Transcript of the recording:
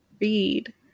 read